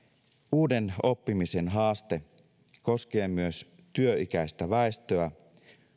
uuden oppimisen haaste koskee myös työikäistä väestöä